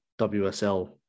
WSL